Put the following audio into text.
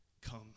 come